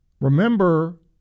remember